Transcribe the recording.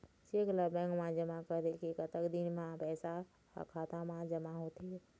Cheque ला bank मा जमा करे के कतक दिन मा पैसा हा खाता मा जमा होथे थे?